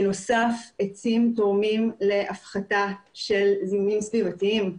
בנוסף, עצים תורמים להפחתה של מפגעים סביבתיים.